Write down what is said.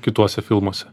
kituose filmuose